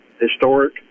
historic